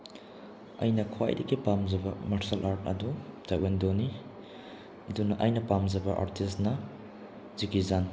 ꯑꯩꯅ ꯈ꯭ꯋꯥꯏꯗꯒꯤ ꯄꯥꯝꯖꯕ ꯃꯥꯔꯁꯦꯜ ꯑꯥꯔꯠ ꯑꯗꯨ ꯇꯥꯏꯋꯣꯟꯗꯣꯅꯤ ꯑꯗꯨꯅ ꯑꯩꯅ ꯄꯥꯝꯖꯕ ꯑꯥꯔꯇꯤꯁꯅ ꯖꯦꯛꯀꯤ ꯆꯥꯟ